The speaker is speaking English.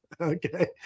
Okay